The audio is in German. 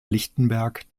lichtenberg